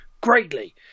greatly